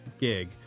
gig